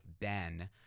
Ben